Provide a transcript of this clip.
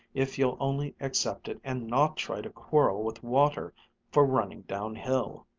if you'll only accept it and not try to quarrel with water for running downhill.